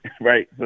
right